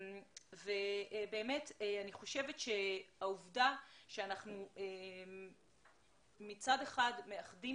אני חושבת שהעובדה שאנחנו מצד אחד מאחדים